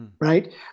Right